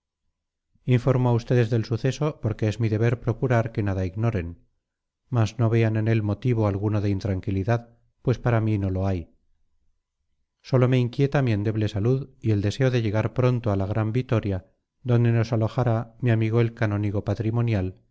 informo a ustedes del suceso porque es mi deber procurar que nada ignoren mas no vean en él motivo alguno de intranquilidad pues para mí no lo hay sólo me inquieta mi endeble salud y el deseo de llegar pronto a la gran vitoria donde nos alojara mi amigo el canónigo patrimonial